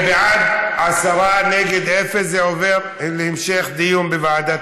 ההצעה להעביר את הנושא לוועדת